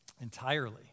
entirely